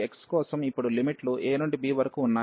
కాబట్టి x కోసం ఇప్పుడు లిమిట్ లు a నుండి b వరకు ఉన్నాయి